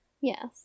Yes